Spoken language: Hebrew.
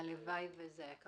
הלוואי שזה היה כך.